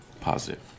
positive